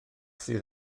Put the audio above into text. sydd